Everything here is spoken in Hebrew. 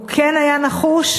הוא כן היה נחוש.